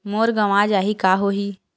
मोर गंवा जाहि का होही?